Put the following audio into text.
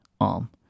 ARM